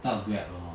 搭 Grab lor